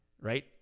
Right